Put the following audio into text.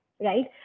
right